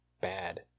bad